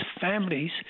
families